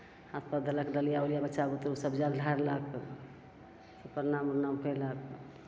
हाथपर देलक डलिआ उलिआ बच्चा बुतरु सभ जल ढारलक फेर परनाम उरनाम कएलक